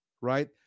right